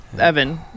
Evan